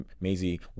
Maisie